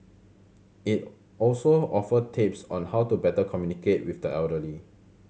it also offer tips on how to better communicate with the elderly